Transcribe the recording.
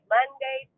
Monday